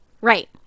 right